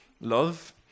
Love